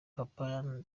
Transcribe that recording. papa